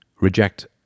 reject